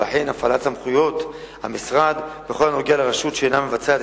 תיבחן הפעלת סמכויות המשרד בכל הנוגע לרשות שאינה מבצעת